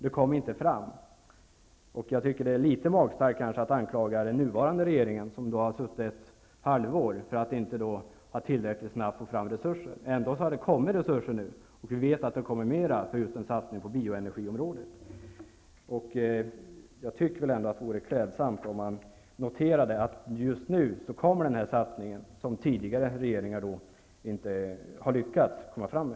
De kom inte fram. Det är litet magstarkt att anklaga den nuvarande regeringen, som har suttit ett halvår, för att inte tillräckligt snabbt få fram resurser. Ändå har resurser tagits fram, och vi vet att det kommer mer för en satsning på bioenergiområdet. Det vore klädsamt om man noterade att nu kommer den satsning som tidigare regeringar inte har lyckats med.